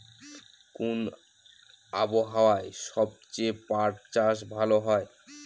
কোন আবহাওয়ায় সবচেয়ে পাট চাষ ভালো হয়?